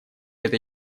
это